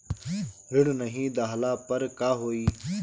ऋण नही दहला पर का होइ?